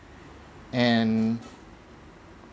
and